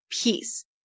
peace